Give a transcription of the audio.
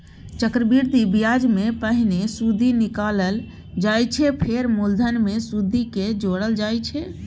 चक्रबृद्धि ब्याजमे पहिने सुदि निकालल जाइ छै फेर मुलधन मे सुदि केँ जोरल जाइ छै